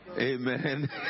Amen